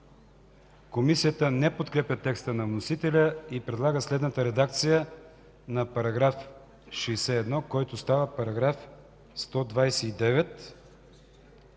Комисията не подкрепя текста на вносителя и предлага следната редакция на § 61, който става § 129: